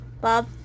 Bob